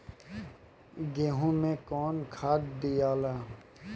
गेहूं मे कौन खाद दियाला?